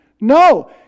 No